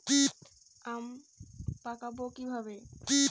আম পাকাবো কিভাবে?